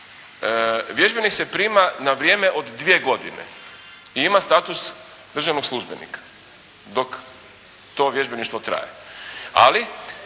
vježbenik se prima na vrijeme od dvije godine i ima status državnog službenika dok to vježbeništvo traje. Ali